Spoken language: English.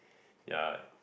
yeah